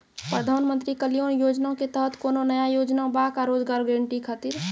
प्रधानमंत्री कल्याण योजना के तहत कोनो नया योजना बा का रोजगार गारंटी खातिर?